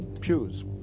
choose